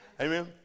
Amen